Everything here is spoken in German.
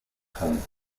can